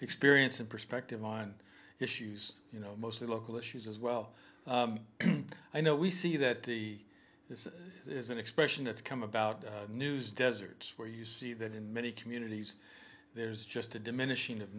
experience and perspective on issues you know mostly local issues as well i know we see that this is an expression that's come about news deserts where you see that in many communities there's just a diminishing of